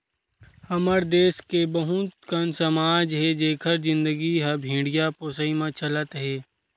हमर देस के बहुत कन समाज हे जिखर जिनगी ह भेड़िया पोसई म चलत हे